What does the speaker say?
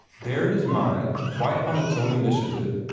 there his mind, quite on its own initiative,